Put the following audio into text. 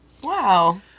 Wow